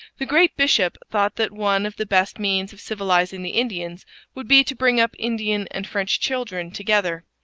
the great bishop thought that one of the best means of civilizing the indians would be to bring up indian and french children together.